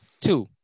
Two